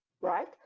Right